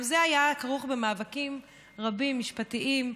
גם זה היה כרוך במאבקים רבים, משפטיים,